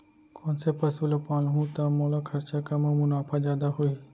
कोन से पसु ला पालहूँ त मोला खरचा कम अऊ मुनाफा जादा होही?